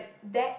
that